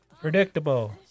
Predictable